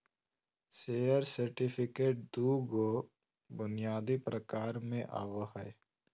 share certificate दू गो बुनियादी प्रकार में आवय हइ